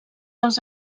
als